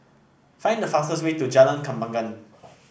find the fastest way to Jalan Kembangan